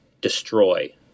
destroy